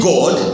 God